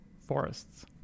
forests